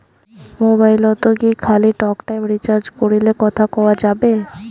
মোবাইলত কি খালি টকটাইম রিচার্জ করিলে কথা কয়া যাবে?